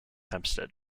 hempstead